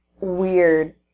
weird